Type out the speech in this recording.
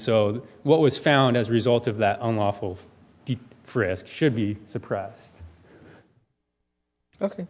so what was found as a result of that unlawful frisk should be suppress